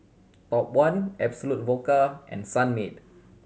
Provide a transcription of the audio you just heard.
Top One Absolut Vodka and Sunmaid